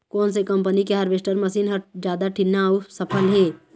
कोन से कम्पनी के हारवेस्टर मशीन हर जादा ठीन्ना अऊ सफल हे?